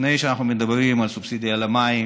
לפני שאנחנו מדברים על סובסידיה על המים